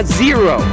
zero